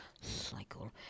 cycle